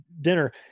dinner